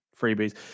freebies